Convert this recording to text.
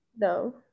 no